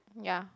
ya